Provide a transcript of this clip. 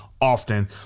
often